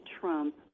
Trump